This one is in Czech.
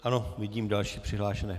A vidím další přihlášené.